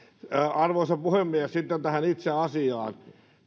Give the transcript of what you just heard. arvoisa puhemies sitten tähän itse asiaan